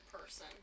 person